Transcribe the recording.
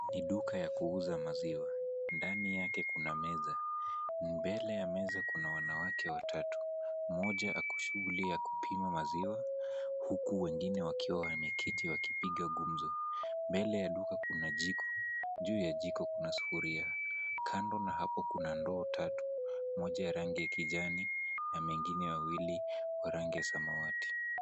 Ni duka ya kuuza maziwa, ndani yake kuna meza, mbele ya meza kuna wanawake watatu, mmoja ako shughuli ya kupima maziwa, huku wengine wakiwa wameketi wakipiga gumzo, mbele ya duka kuna jiko, juu ya jiko kuna sufuria, kando na hapo kuna ndoo tatu, moja ya rangi ya kijani na mengine mawili ya rangi ya samawati.